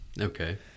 Okay